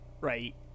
Right